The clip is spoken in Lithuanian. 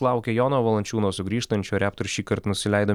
laukia jono valančiūno sugrįžtančio raptors šįkart nusileido